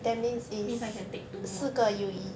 means I can take two mods